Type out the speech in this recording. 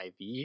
IV